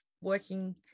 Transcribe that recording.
working